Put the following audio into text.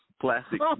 plastic